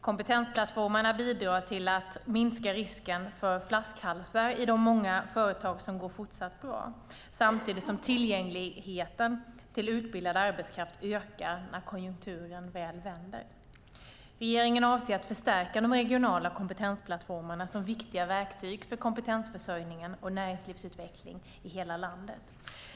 Kompetensplattformarna bidrar till att minska risken för flaskhalsar i de många företag som går fortsatt bra, samtidigt som tillgängligheten till utbildad arbetskraft ökar när konjunkturen väl vänder. Regeringen avser att förstärka de regionala kompetensplattformarna som viktiga verktyg för kompetensförsörjning och näringslivsutveckling i hela landet.